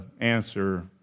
answer